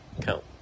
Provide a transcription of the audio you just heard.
Count